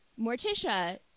Morticia